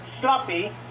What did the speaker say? sloppy